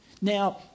Now